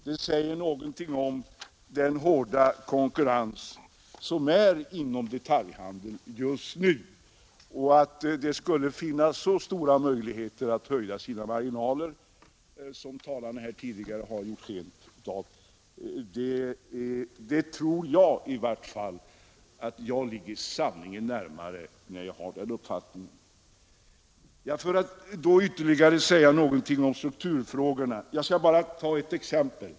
Det säger någonting om den hårda konkurrensen inom detaljhandeln just nu. Jag tror att jag ligger sanningen närmare än den uppfattningen att det skulle finnas stora möjligheter att höja sina marginaler. Låt mig säga några ytterligare ord om strukturfrågorna. Jag skall bara ta ett exempel.